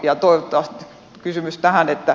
ja kysymys tähän